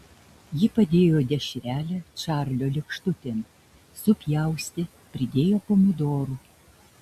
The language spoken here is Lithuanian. ji padėjo dešrelę čarlio lėkštutėn supjaustė pridėjo pomidorų